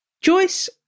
Joyce